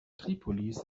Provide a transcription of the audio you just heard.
tripolis